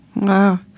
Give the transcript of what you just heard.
Wow